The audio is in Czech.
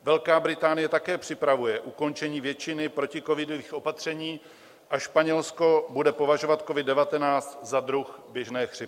Velká Británie také připravuje ukončení většiny proticovidových opatření a Španělsko bude považovat covid19 za druh běžné chřipky.